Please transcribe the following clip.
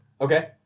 Okay